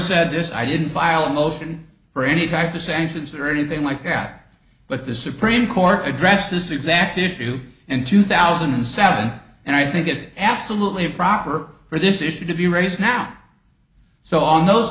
said this i didn't file a motion for any fact or sanctions or anything like that but the supreme court addressed this exact issue in two thousand and seven and i think it's absolutely improper for this issue to be raised now so on those